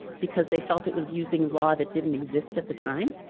because they felt it was using law that didn't exist at the time.